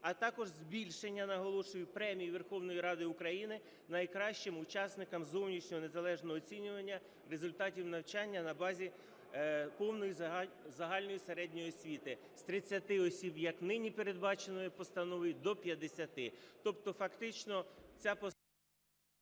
а також збільшення, наголошую, премій Верховної Ради України найкращим учасникам зовнішнього незалежного оцінювання результатів навчання на базі повної загальної середньої освіти з 30 осіб, як нині передбачено постановою, до 50. Тобто фактично ця… ГОЛОВУЮЧИЙ.